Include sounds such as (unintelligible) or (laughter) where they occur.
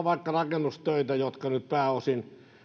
(unintelligible) vaikka rakennustöitä joissa nyt pääosin